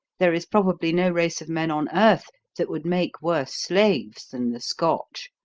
there is probably no race of men on earth that would make worse slaves than the scotch.